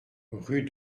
rue